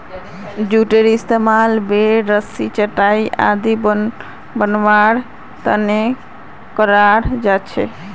जूटेर इस्तमाल बोर, रस्सी, चटाई आदि बनव्वार त न कराल जा छेक